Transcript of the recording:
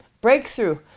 Breakthrough